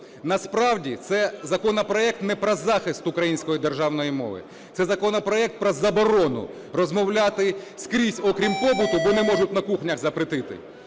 Насправді це законопроект не про захист української державної мови. Це законопроект про заборону розмовляти скрізь, окрім побуту, бо не можуть на кухнях запретити,